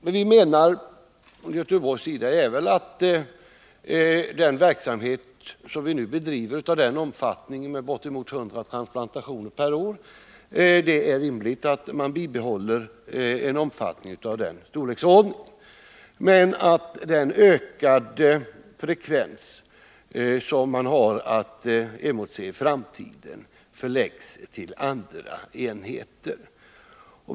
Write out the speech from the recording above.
Från Göteborgs sida hävdas även att den verksamhet som vi nu bedriver där — bortemot 100 transplantationer per år — är av den omfattningen att det är rimligt att bibehålla en sådan verksamhet av den storleksordningen men att den ökade effekt som man har att emotse i framtiden bör förläggas till andra enheter.